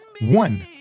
one